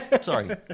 Sorry